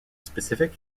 specific